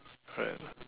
right lah